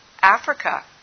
Africa